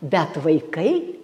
bet vaikai